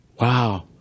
wow